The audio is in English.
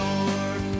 Lord